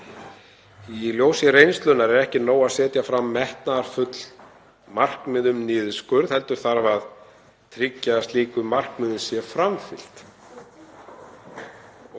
Í ljósi reynslunnar er ekki nóg að setja fram metnaðarfull markmið um niðurskurð heldur þarf að tryggja að slíku markmiði sé framfylgt.